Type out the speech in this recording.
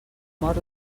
mor